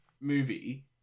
movie